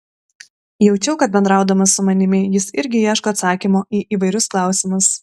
jaučiau kad bendraudamas su manimi jis irgi ieško atsakymo į įvairius klausimus